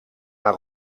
maar